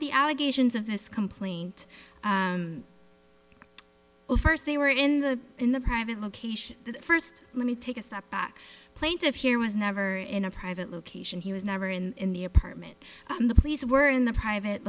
the allegations of his complaint well first they were in the in the private location the first let me take a step back plaintiff's here was never in a private location he was never in the apartment the police were in the private